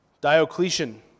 Diocletian